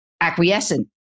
acquiescent